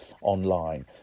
online